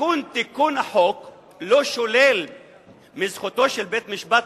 תיקון החוק לא שולל מזכותו של בית-משפט,